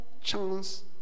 chance